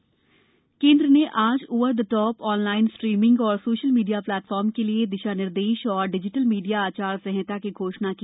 ओ T T दिशा निर्देश केंद्र ने आज over the top online streaming और सोशल मीडिया प्लेटफॉर्म के लिए दिशानिर्देश और डिजिटल मीडिया आचार संहिता की घोषणा की